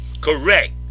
correct